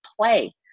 play